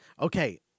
okay